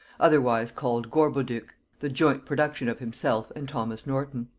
otherwise called gorboduc, the joint production of himself and thomas norton.